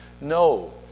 No